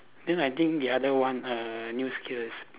then I think the other one err new skills